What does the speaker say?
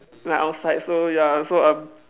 like I was like so ya so um